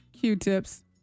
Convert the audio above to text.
Q-tips